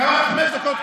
כמה, חמש דקות,